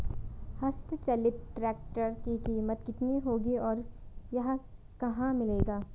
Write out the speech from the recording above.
हस्त चलित ट्रैक्टर की कीमत कितनी होगी और यह कहाँ मिलेगा?